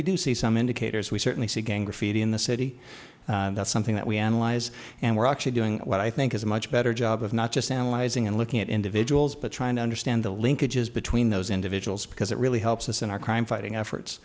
we do see some indicators we certainly see gang graffiti in the city that's something that we analyze and we're actually doing what i think is a much better job of not just analyzing and looking at individuals but trying to understand the linkages between those individuals because it really helps us in our crime fighting efforts